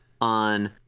on